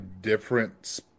different